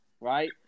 right